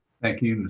thank you,